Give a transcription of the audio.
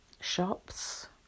Shops